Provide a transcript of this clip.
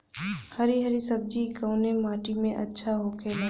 हरी हरी सब्जी कवने माटी में अच्छा होखेला?